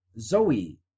Zoe